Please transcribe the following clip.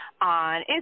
on